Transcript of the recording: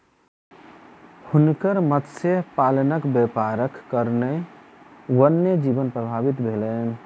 हुनकर मत्स्य पालनक व्यापारक कारणेँ वन्य जीवन प्रभावित भेलैन